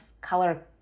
color